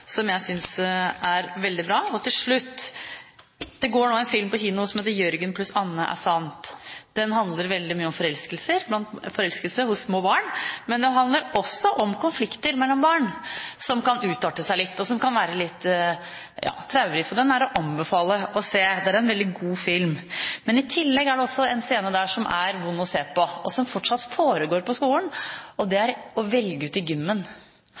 som jeg synes er veldig bra. Til slutt: Det går nå en film på kino som heter Jørgen + Anne = sant. Den handler veldig mye om forelskelse hos små barn, men den handler også om konflikter mellom barn som kan utarte seg litt, og som kan være litt traurig. Den anbefaler jeg å se. Det er en veldig god film. I tillegg er det en scene der som er vond å se på. Den handler om noe som fortsatt foregår på skolene, og det er å velge ut i